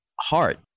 heart